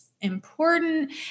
important